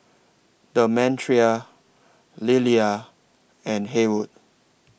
Demetria Lila and Haywood